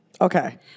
Okay